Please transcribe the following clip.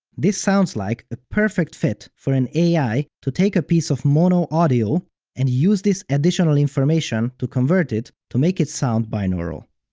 this sounds like a perfect fit for an ai to take piece of mono audio and use this additional information to convert it to make it sound binaural.